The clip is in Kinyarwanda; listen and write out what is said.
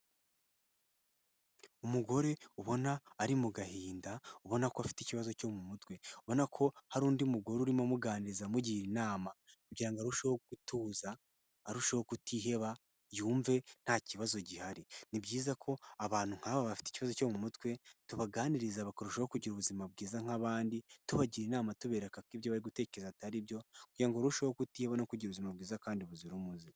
Umugore ubona ari mu gahinda, ubona ko afite ikibazo cyo mu mutwe. Ubona ko hari undi mugore urimo amuganiriza amugira inama kugira ngo arusheho gutuza, arushaho kutiheba yumve nta kibazo gihari. Ni byiza ko abantu nk'aba bafite ikibazo cyo mu mutwe tubaganiriza bakarushaho kugira ubuzima bwiza nk'abandi, tubagira inama tubereka ko ibyo bari gutekereza atari byo kugira ngo barusheho kutiheba no kugira ubuzima bwiza kandi buzira umuze.